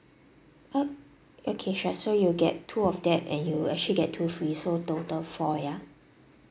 yup okay sure so you'll get two of that and you'll actually get two free so total four yeah